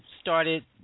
started